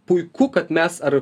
puiku kad mes ar